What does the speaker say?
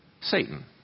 Satan